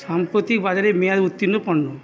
সাম্প্রতিক বাজারে মেয়াদ উত্তীর্ণ পণ্য